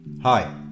Hi